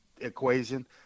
equation